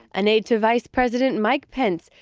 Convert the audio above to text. an aide to vice president mike pence,